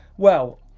well,